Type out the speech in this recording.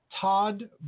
Todd